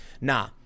Nah